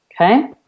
Okay